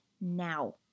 now